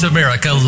America